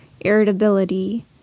Irritability